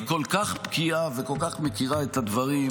-- חברת הכנסת אלהרר היא כל כך בקיאה וכל כך מכירה את הדברים.